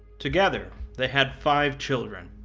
together, they had five children,